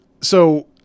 So-